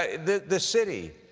the, the city,